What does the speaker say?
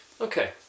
Okay